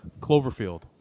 Cloverfield